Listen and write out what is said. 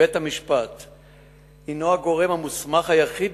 ב-19 או ב-20 בספטמבר 2009,